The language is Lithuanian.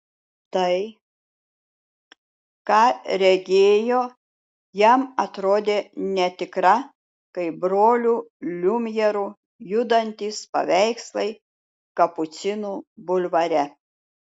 tai ką regėjo jam atrodė netikra kaip brolių liumjerų judantys paveikslai kapucinų bulvare